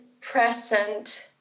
present